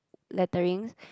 lettering